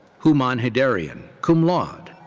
humon heidarian, cum laude.